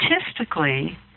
statistically